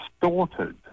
distorted